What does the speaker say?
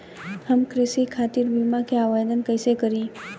हम कृषि खातिर बीमा क आवेदन कइसे करि?